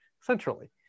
centrally